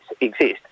exist